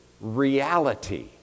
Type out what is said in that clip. reality